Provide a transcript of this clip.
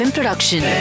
Production